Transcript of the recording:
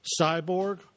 Cyborg